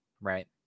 right